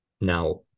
Now